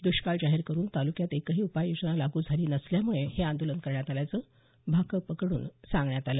दुष्काळ जाहीर करुन तालुक्यात एकही उपाययोजना लागू झाली नसल्यामुळे हे आंदोलन करण्यात आल्याचं भाकपकडून सांगण्यात आलं